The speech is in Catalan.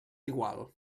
igual